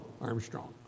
Armstrong